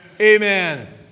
Amen